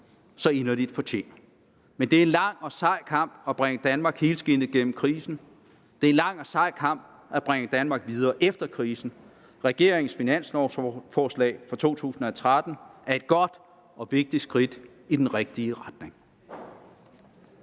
så inderligt fortjener. Men det er en lang og sej kamp at bringe Danmark helskindet igennem krisen. Det er en lang og sej kamp at bringe Danmark videre efter krisen. Regeringens finanslovforslag for 2013 er et godt og vigtigt skridt i den rigtige retning.